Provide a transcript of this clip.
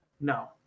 no